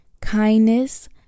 kindness